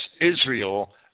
Israel